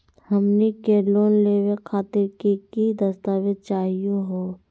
हमनी के लोन लेवे खातीर की की दस्तावेज चाहीयो हो?